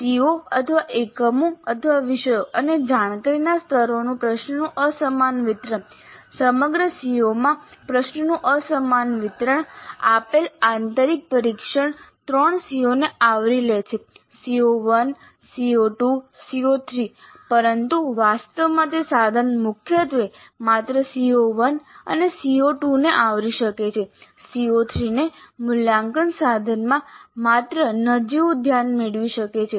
CO અથવા એકમો અથવા વિષયો અને જાણકારીના સ્તરોમાં પ્રશ્નોનું અસમાન વિતરણ સમગ્ર CO માં પ્રશ્નોનું અસમાન વિતરણ આપેલ આંતરિક પરીક્ષણ ત્રણ CO ને આવરી લે છે CO1 CO2 CO3 પરંતુ વાસ્તવમાં તે સાધન મુખ્યત્વે માત્ર CO1 અને CO2 ને આવરી શકે છે CO3 તે મૂલ્યાંકન સાધનમાં માત્ર નજીવું ધ્યાન મેળવી શકે છે